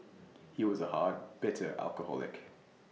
he was A hard bitter alcoholic